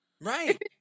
Right